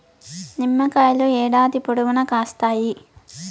నిమ్మకాయలు ఏడాది పొడవునా కాస్తాయి